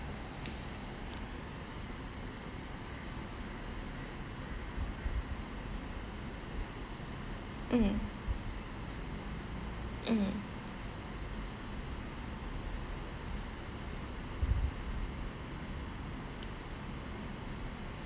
mm mm